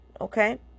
okay